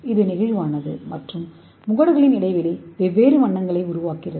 இது நெகிழ்வானது மற்றும் முகடுகளின் இடைவெளி வெவ்வேறு வண்ணங்களை உருவாக்குகிறது